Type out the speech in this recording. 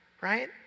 Right